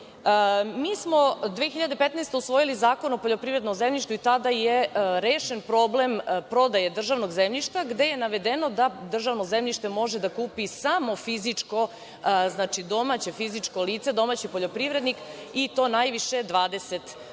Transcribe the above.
smo 2015. godine usvojili Zakon o poljoprivrednom zemljištu i tada je rešen problem prodaje državnog zemljišta gde je navedeno da državno zemljište može da kupi samo fizičko, domaće fizičko lice, domaći poljoprivrednik i to najviše 20